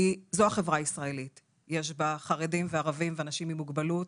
בחברה הישראלית יש חרדים, ערבים, אנשים עם מוגבלות